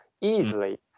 easily